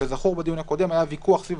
בדיון הקודם היה ויכוח סביב